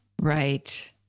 Right